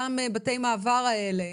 אותם בתי המעבר האלה,